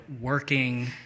working